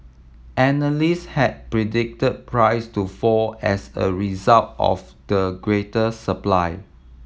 analyst had predicted price to fall as a result of the greater supply